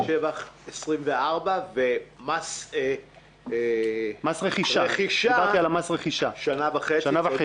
שבח זה 24 חודשים ומס רכישה שנה וחצי.